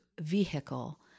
vehicle